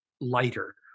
lighter